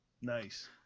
Nice